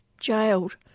jailed